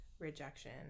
rejection